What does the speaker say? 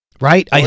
Right